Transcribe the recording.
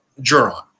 Juron